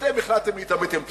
אתם החלטתם להתעמת עם צה"ל.